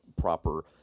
proper